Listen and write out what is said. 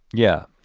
yeah.